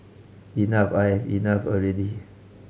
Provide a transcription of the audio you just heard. enough I enough already